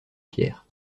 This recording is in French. pierre